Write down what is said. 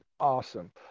Awesome